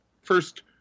First